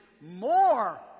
more